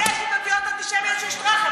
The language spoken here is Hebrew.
יש תקריות אנטישמיות של שטראכה.